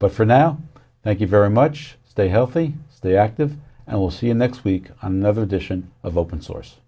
but for now thank you very much stay healthy the active and we'll see you next week another edition of open source